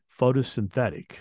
photosynthetic